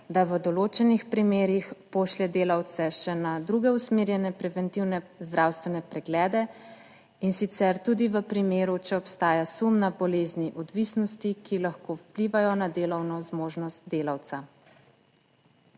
da v določenih primerih pošlje delavce še na druge usmerjene preventivne zdravstvene preglede, in sicer tudi v primeru, če obstaja sum na bolezni odvisnosti, ki lahko vplivajo na delovno zmožnost delavca.